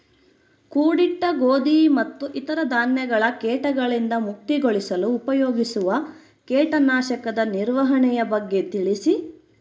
ಕೂಡಿಟ್ಟ ಗೋಧಿ ಮತ್ತು ಇತರ ಧಾನ್ಯಗಳ ಕೇಟಗಳಿಂದ ಮುಕ್ತಿಗೊಳಿಸಲು ಉಪಯೋಗಿಸುವ ಕೇಟನಾಶಕದ ನಿರ್ವಹಣೆಯ ಬಗ್ಗೆ ತಿಳಿಸಿ?